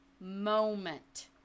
moment